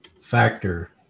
factor